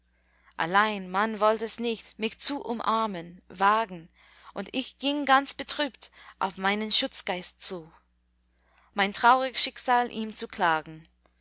allein man wollt es nicht mich zu umarmen wagen und ich ging ganz betrübt auf meinen schutzgeist zu mein traurig schicksal ihm zu klagen